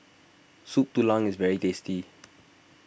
Soup Tulang is very tasty